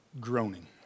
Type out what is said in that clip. groaning